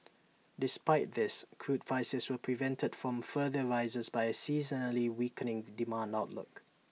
despite this crude prices were prevented from further rises by A seasonally weakening demand outlook